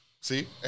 See